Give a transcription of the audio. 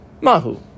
Mahu